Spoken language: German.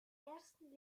ersten